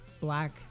Black